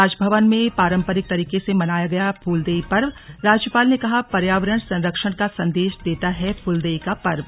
राजभवन में पारंपरिक तरीके से मनाया गया फूलदेई पर्वराज्यपाल ने कहा पर्यावरण संरक्षण का संदेश देता है फूलदेई का पर्व